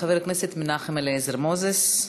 חבר הכנסת מנחם אליעזר מוזס.